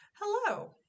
Hello